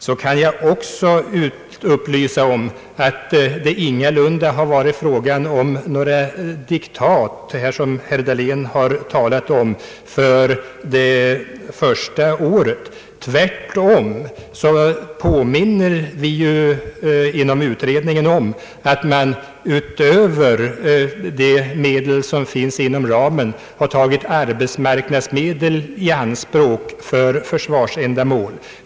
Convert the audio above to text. Jag kan också upplysa om att det ingalunda varit fråga om något diktat, som herr Dahlén talat om, för det första året. Tvärtom påminde vi inom utredningen om att man utöver de medel, som fanns inom ramen, tagit arbetsmarknadsmedel i anspråk för försvarsändamål.